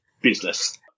business